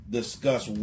discuss